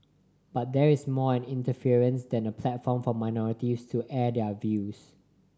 but that is more an inference than a platform for minorities to air their views